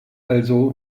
also